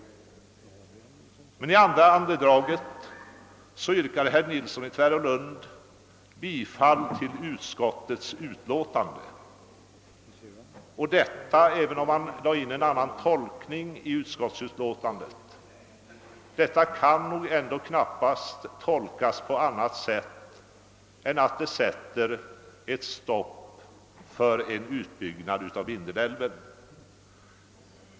I andra andedraget yrkade herr Nilsson i Tvärålund emellertid bifall till utskottets hemställan. Även om han lade in en annan tolkning i utlåtandet, kan detta knappast uppfattas på annat sätt än att det sätter ett stopp för en utbyggnad av Vindelälven.